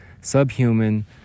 subhuman